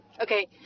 Okay